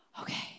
okay